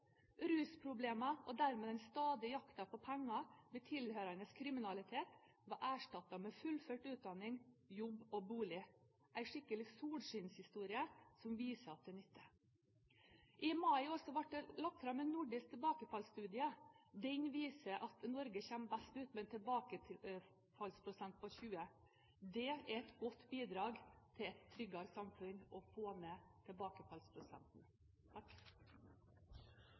Rusproblemene, og dermed den stadige jakten på penger med tilhørende kriminalitet, var erstattet med fullført utdanning, jobb og bolig – en skikkelig solskinnshistorie som viser at det nytter. I mai i år ble det lagt fram en nordisk tilbakefallsstudie. Den viser at Norge kommer best ut, med en tilbakefallsprosent på 20 pst. Det er et godt bidrag til et tryggere samfunn